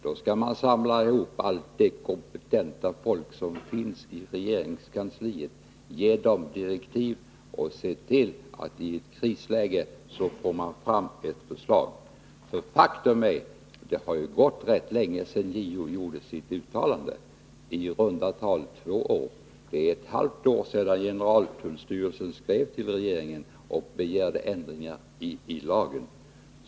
Då bör man samla ihop allt det kompetenta folk som finns i regeringskansliet och ge direktiv och se till att det kommer fram ett förslag. Faktum är att det har förflutit ganska lång tid sedan JO gjorde sitt uttalande — ungefär två år. Det är ett halvt år sedan generaltullstyrelsen skrev till regeringen och begärde ändringar i lagen.